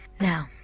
Now